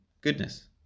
goodness